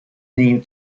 name